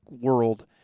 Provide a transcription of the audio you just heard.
world